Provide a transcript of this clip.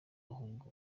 ahubwo